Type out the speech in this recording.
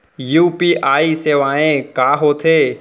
UPI सेवाएं का होथे